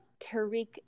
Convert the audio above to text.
Tariq